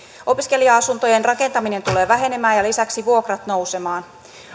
opiskelija asuntojen rakentaminen tulee vähenemään ja lisäksi vuokrat tulevat nousemaan